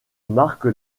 marque